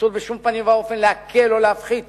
אסור בשום פנים ואופן להקל או להפחית